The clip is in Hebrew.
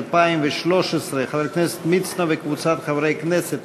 של חבר הכנסת מצנע וקבוצת חברי כנסת,